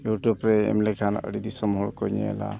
ᱨᱮ ᱮᱢ ᱞᱮᱠᱷᱟᱱ ᱟᱹᱰᱤ ᱫᱤᱥᱚᱢ ᱦᱚᱲᱠᱚ ᱧᱮᱞᱟ